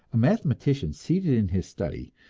a mathematician seated in his study,